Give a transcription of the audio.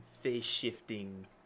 face-shifting